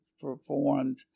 performed